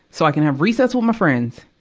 so i can have recess with my friends.